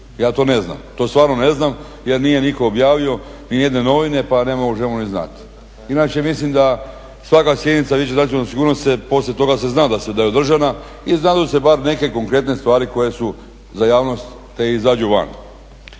ja to ne znam, to stvarno ne znam jer nije nitko objavio, nijedne novine pa ne možemo ni znati. Inače mislim da svaka sjednica Vijeća za nacionalnu sigurnost poslije toga se zna da je održana i znadu se bar neke konkretne stvari koje su za javnost te izađu van.